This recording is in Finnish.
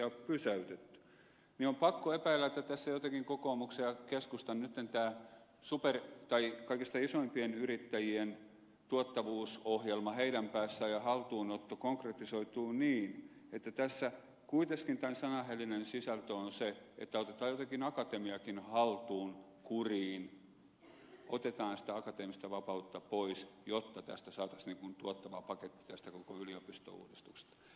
on pakko epäillä että tässä jotenkin kokoomuksen ja keskustan kohdalla tämä kaikista isoimpien yrittäjien tuottavuusohjelma heidän päässään ja haltuunotto konkretisoituu niin että tässä kuitenkin tämän sanahelinän sisältö on se että otetaan jotenkin akatemiakin haltuun kuriin otetaan sitä akateemista vapautta pois jotta saataisiin tuottava paketti tästä koko yliopistouudistuksesta